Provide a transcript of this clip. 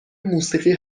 موسیقی